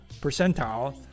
percentile